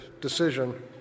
decision